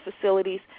facilities